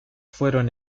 fueron